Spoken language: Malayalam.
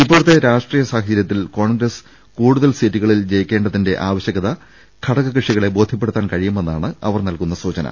ഇപ്പോഴത്തെ രാഷ്ട്രീയ സാഹചരൃത്തിൽ കോൺഗ്രസ് കൂടുതൽ സീറ്റുകളിൽ ജയിക്കേണ്ടതിന്റെ ആവശ്യകത ഘടക കക്ഷികളെ ബോധ്യപ്പെടു ത്താൻ കഴിയുമെന്നാണ് അവർ നൽകുന്ന സൂചന